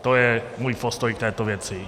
To je můj postoj k této věci.